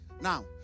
Now